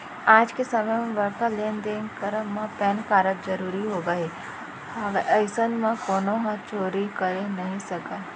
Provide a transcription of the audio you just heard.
आज के समे म बड़का लेन देन के करब म पेन कारड जरुरी होगे हवय अइसन म कोनो ह चोरी करे नइ सकय